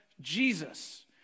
Jesus